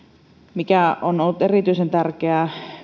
mikä myöskin on ollut erityisen tärkeää